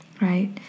right